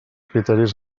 criteris